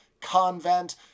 convent